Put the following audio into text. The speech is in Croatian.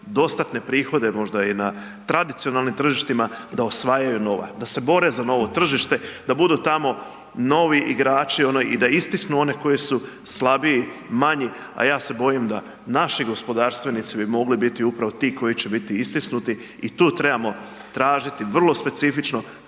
dostatne prihode, možda i na tradicionalnim tržištima da osvajaju nova, da se bore za novo tržište, da budu tamo novi igrači i da istisnu one koji su slabiji, manji. A ja se bojim da bi naši gospodarstvenici mogli biti upravo ti koji će biti istisnuti i tu trebamo tražiti vrlo specifično